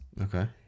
Okay